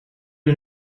you